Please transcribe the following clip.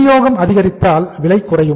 வினியோகம் அதிகரித்திருந்தால் விலை குறையும்